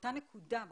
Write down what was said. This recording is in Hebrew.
באותה נקודה,